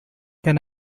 can